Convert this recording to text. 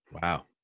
Wow